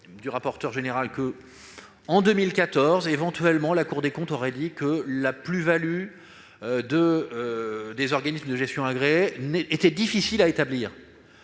le rapporteur général indique que, en 2014, la Cour des comptes aurait estimé que la plus-value des organismes de gestion agréés était difficile à établir.